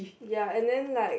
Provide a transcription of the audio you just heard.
ya and then like